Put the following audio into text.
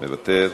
מוותר.